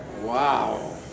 Wow